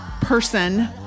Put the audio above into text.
person